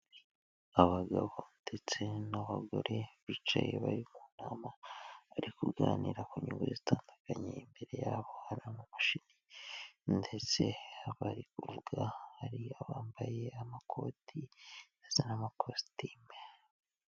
Abagabo ndetse n'abagore bicaye bari mu nama, bari kuganira ku nyugu zitandukanye, imbere yabo hari ama mashini ndetse abari kuvuga hari abambaye amakoti ya za kositime.